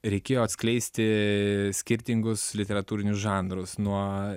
reikėjo atskleisti skirtingus literatūrinius žanrus nuo